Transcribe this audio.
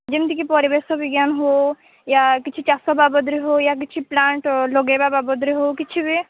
ଯେମିତିକି ପରିବେଶ ବିଜ୍ଞାନ ହଉ ୟ କିଛି ଚାଷ ବାବଦରେ ହଉ ୟ କିଛି ପ୍ଳାଣ୍ଟ ଲଗେଇବା ବାବଦରେ ହଉ କିଛି ବି